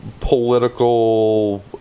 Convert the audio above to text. political